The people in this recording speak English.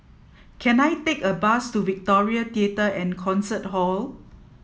can I take a bus to Victoria Theatre and Concert Hall